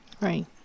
Right